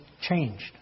changed